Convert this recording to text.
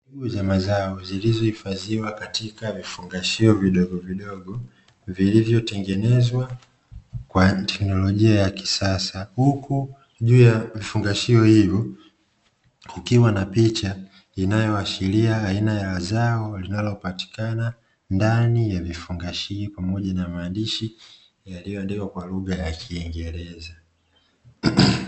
Mbegu za mazao zilizohifadhiwa katika vifungashio vidogovidogo, vilivyotengenezwa kwa teknolojia ya kisasa, huku juu ya vifungashio kukiwa na picha inayoashiria aina ya mazao yaliopatikana ndani ya vifungashio pamoja na maandishi yaliyoandikwa kwa lugha ya kiingereza.